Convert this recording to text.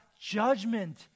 judgment